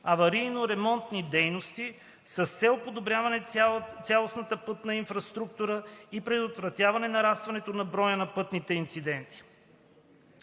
аварийно-ремонтни дейности, с цел подобряване цялостната пътна инфраструктура и предотвратяване нарастването на броя на пътните инциденти.